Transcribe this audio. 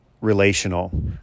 relational